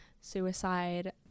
suicide